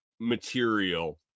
material